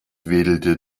wedelte